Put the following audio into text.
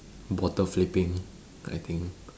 bottle flipping I think